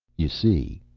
you see,